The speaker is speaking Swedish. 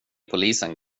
polisen